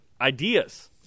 ideas